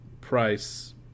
price